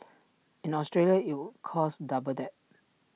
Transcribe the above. in Australia IT would cost double that